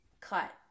Cut